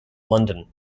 london